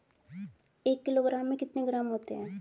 एक किलोग्राम में कितने ग्राम होते हैं?